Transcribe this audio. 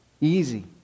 easy